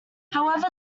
however